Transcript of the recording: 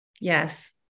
yes